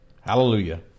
hallelujah